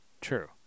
true